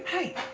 hey